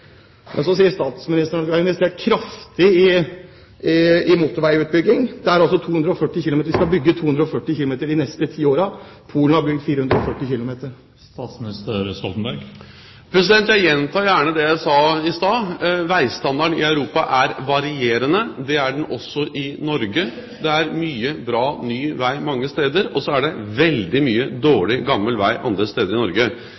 sier statsministeren at det er investert kraftig i motorveiutbygging. Vi skal bygge 240 kilometer de neste ti årene. Polen har bygd 440 kilometer. Jeg gjentar gjerne det jeg sa i stad. Veistandarden i Europa er varierende. Det er den også i Norge. Det er mye bra ny vei mange steder, og så er det veldig mye dårlig, gammel vei andre steder i Norge.